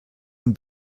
ein